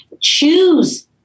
choose